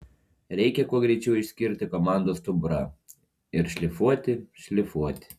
reikia kuo greičiau išskirti komandos stuburą ir šlifuoti šlifuoti